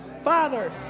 Father